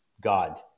God